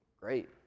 great